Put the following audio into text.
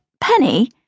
Penny